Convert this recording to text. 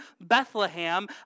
Bethlehem